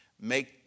make